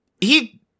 he-